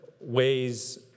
ways